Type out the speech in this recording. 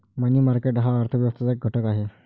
मनी market हा अर्थ व्यवस्थेचा एक घटक आहे